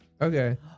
Okay